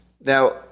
Now